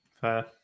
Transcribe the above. Fair